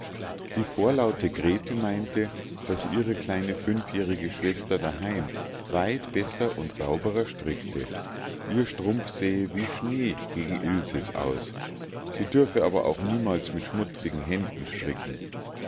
die vorlaute grete meinte daß ihre kleine fünfjährige schwester daheim weit besser und sauberer stricke ihr strumpf sähe wie schnee gegen ilses aus sie dürfe aber auch niemals mit schmutzigen händen stricken